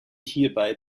hierbei